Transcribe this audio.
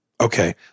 Okay